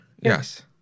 Yes